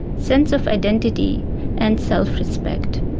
sense of identity and self-respect.